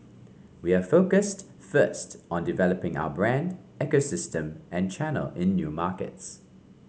we are focused first on developing our brand ecosystem and channel in new markets